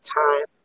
time